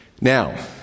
Now